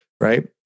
right